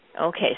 Okay